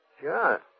Sure